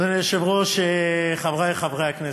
אדוני היושב-ראש, חברי חברי הכנסת,